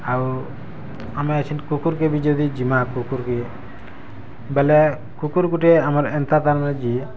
ଆଉ ଆମେ ଏଛିନ୍ କୁକୁର୍କେ ବି ଯଦି ଯିମା କୁକୁର୍କେ ବେଲେ କୁକୁର୍ ଗୁଟେ ଆମର୍ ଏନ୍ତା ତାର୍ମାନେ ଜି